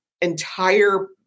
entire